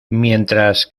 mientras